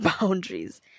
Boundaries